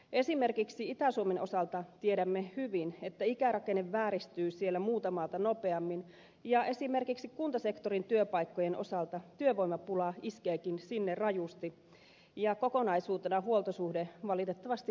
esimerkiksi itä suomen osalta tiedämme hyvin että ikärakenne vääristyy siellä muuta maata nopeammin ja esimerkiksi kuntasektorin työpaikkojen osalta työvoimapula iskeekin sinne rajusti ja kokonaisuutena huoltosuhde valitettavasti heikkenee